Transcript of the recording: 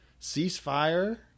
Ceasefire